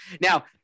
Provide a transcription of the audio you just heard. Now